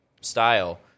style